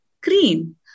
cream